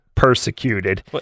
persecuted